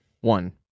One